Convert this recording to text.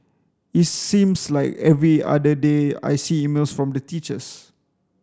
it seems like every other day I see emails from the teachers